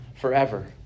forever